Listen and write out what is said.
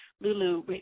Lulu